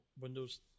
windows